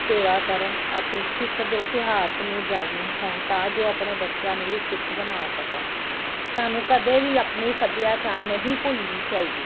ਸੇਵਾ ਕਰਨ ਅਤੇ ਸਿੱਖ ਦੇ ਇਤਿਹਾਸ ਨੂੰ ਜਾਣੂ ਹੋਣ ਤਾਂ ਜੋ ਆਪਣੇ ਬੱਚਿਆਂ ਨੂੰ ਵੀ ਸਿੱਖ ਬਣਾ ਸਕਣ ਸਾਨੂੰ ਕਦੇ ਵੀ ਆਪਣੀ ਸੱਭਿਆਚਾਰ ਨਹੀਂ ਭੁੱਲਣੀ ਚਾਹੀਦੀ